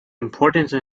importance